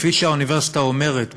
כפי שהאוניברסיטה אומרת,